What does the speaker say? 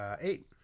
Eight